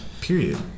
period